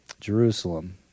Jerusalem